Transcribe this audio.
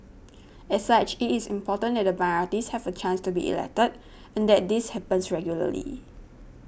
as such it is important that the minorities have a chance to be elected and that this happens regularly